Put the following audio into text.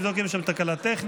תבדוק אם יש שם תקלה טכנית.